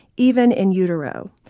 even in utero.